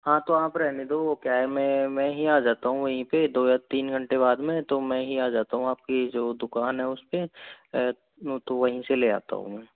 हाँ तो आप रहने दो वो क्या है मैं मैं ही आ जाता हूँ वहीं पे दो या तीन घंटे बाद में तो मैं ही आ जाता हूँ आपकी जो दुकान है उसपे तो वहीं से ले आता हूँ मैं